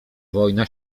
wojna